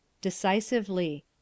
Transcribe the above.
Decisively